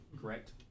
correct